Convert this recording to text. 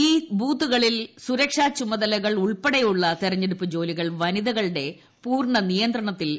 ഈ ബൂത്തുകളിൽ സുരക്ഷാ ചുമതലകൾ ഉൾപ്പെടെയുള്ള തെരെഞ്ഞെടുപ്പ് ജോലി കൾ വനിതകളുടെ പൂർണ്ണ നിയന്ത്രണത്തിലായിരിക്കും